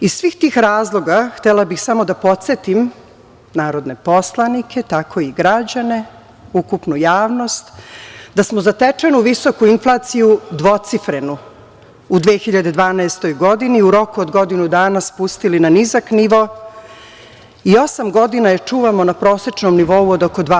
Iz svih tih razloga htela bih samo da podsetim narodne poslanike, tako i građane, ukupnu javnost da smo zatečenu visoku inflaciju dvocifrenu u 2012. godini u roku od godinu dana spustili na nizak nivo i osam godina je čuvamo na prosečnom nivou na oko 2%